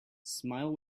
smile